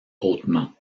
hautement